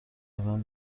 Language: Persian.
آدم